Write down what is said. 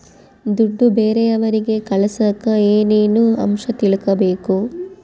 ದುಡ್ಡು ಬೇರೆಯವರಿಗೆ ಕಳಸಾಕ ಏನೇನು ಅಂಶ ತಿಳಕಬೇಕು?